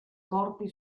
corpi